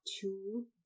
two